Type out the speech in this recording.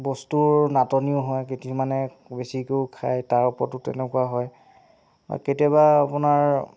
বস্তুৰ নাটনিও হয় কিছুমানে বেছিকৈও খায় তাৰ প্ৰতিও তেনেকুৱা হয় কেতিয়াবা আপোনাৰ